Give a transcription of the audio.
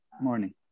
morning